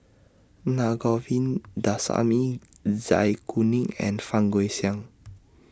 Na Govindasamy Zai Kuning and Fang Guixiang